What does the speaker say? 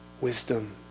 wisdom